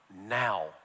Now